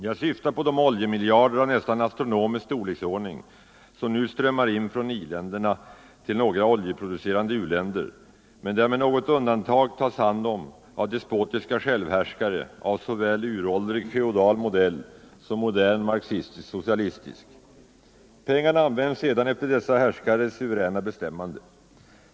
Jag syftar på de oljemiljarder av nästan astronomisk storleksordning som nu strömmar in från i-länderna till några oljeproducerande u-länder, där de med något undantag tas om hand av despotiska självhärskare av såväl uråldrig feodal modell som modern marxistisk-socialistisk. Pengarna används efter dessa härskares suveräna bestämmande.